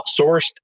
outsourced